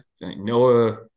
Noah